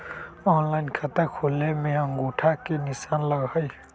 Online खाता खोले में अंगूठा के निशान लगहई?